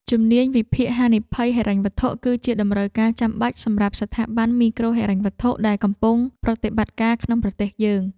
ជំនាញវិភាគហានិភ័យហិរញ្ញវត្ថុ គឺជាតម្រូវការចាំបាច់សម្រាប់ស្ថាប័នមីក្រូហិរញ្ញវត្ថុដែលកំពុងប្រតិបត្តិការក្នុងប្រទេសយើង។